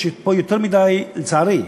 לצערי,